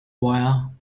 wire